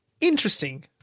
interesting